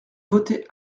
voter